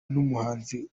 n’umuhanzi